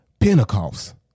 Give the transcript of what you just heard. Pentecost